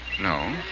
No